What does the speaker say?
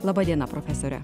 laba diena profesore